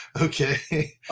Okay